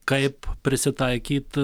kaip prisitaikyt